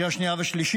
לקריאה שנייה ושלישית.